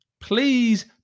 Please